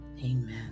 Amen